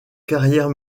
carrière